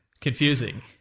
Confusing